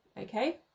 okay